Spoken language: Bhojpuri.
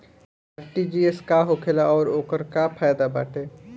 आर.टी.जी.एस का होखेला और ओकर का फाइदा बाटे?